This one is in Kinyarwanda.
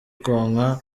konka